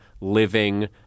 living